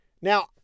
Now